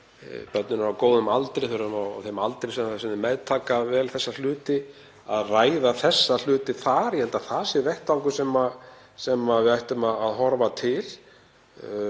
Börnin eru á góðum aldri, þau eru á þeim aldri að meðtaka vel þessa hluti. Að ræða þessa hluti þar — ég held að það sé vettvangur sem við ættum að horfa til.